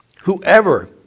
whoever